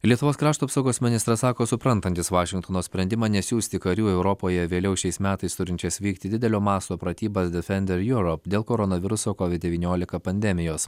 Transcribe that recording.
lietuvos krašto apsaugos ministras sako suprantantis vašingtono sprendimą nesiųsti karių europoje vėliau šiais metais turinčias vykti didelio masto pratybas defendereurope dėl koronaviruso covid devyniolika pandemijos